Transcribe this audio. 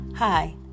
Hi